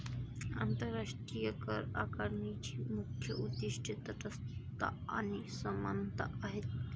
आंतरराष्ट्रीय करआकारणीची मुख्य उद्दीष्टे तटस्थता आणि समानता आहेत